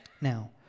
Now